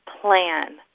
plan